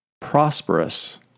prosperous